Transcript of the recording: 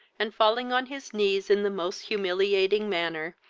and, falling on his knees, in the most humiliating manner,